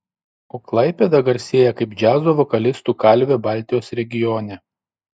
o klaipėda garsėja kaip džiazo vokalistų kalvė baltijos regione